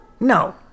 No